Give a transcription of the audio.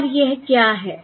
और यह क्या है